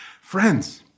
Friends